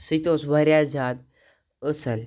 سُہ تہِ اوس وارِیاہ زیادٕ اَصٕل